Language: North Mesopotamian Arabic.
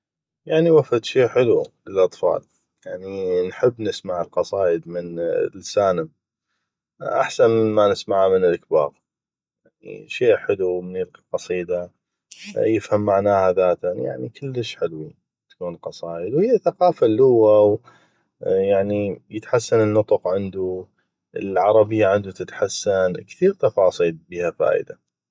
يعني هو فدشي حلو للاطفال يعني نحب نسمع القصايد من لسانم احسن من ما نسمعه من الكباغ شي حلو يلقي قصيده يفهم معناها ذاتا يعني كلش حلوي تكون القصايد هيه ثقافه اللوه يعني يتحسن النطق عندو يعني العربية تتحسن يعني كثيغ تفاصيل بيها فايدة